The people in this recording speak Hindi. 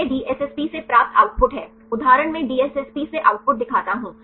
तो यह DSSP से प्राप्त आउटपुट है उदाहरण मैं DSSP से आउटपुट दिखाता हूं